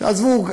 עזבו,